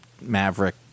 Maverick